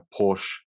Porsche